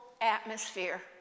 atmosphere